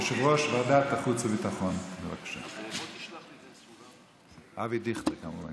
יושב-ראש ועדת החוץ והביטחון חבר הכנסת אבי דיכטר.